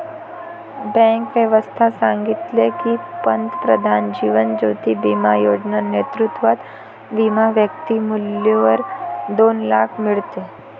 bank व्यवस्था सांगितले की, पंतप्रधान जीवन ज्योती बिमा योजना नेतृत्वात विमा व्यक्ती मृत्यूवर दोन लाख मीडते